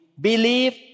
believe